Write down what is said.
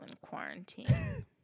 quarantine